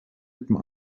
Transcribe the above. etme